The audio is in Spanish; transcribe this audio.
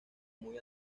muy